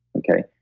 okay?